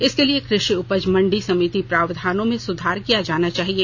इसके लिए कृषि उपज मंडी समिति प्रावधानों में सुधार किया जाना चाहिए